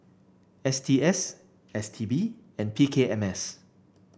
S T S S T B and P K M S